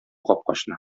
капкачны